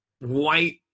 white